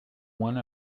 one